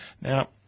Now